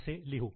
असे लिहू